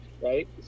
right